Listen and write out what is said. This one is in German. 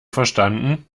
verstanden